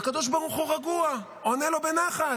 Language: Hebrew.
והקדוש ברוך הוא רגוע, עונה לו בנחת.